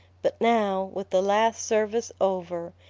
but now, with the last service over,